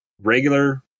regular